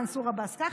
מנסור עבאס ככה.